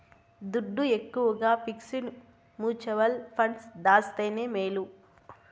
దుడ్డు ఎక్కవగా fixed mutual funds దాస్తేనే మేలు